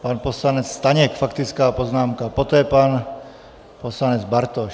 Pan poslanec Staněk, faktická poznámka, poté pan poslanec Bartoš.